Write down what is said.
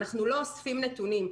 שהוא לא אוסף נתונים.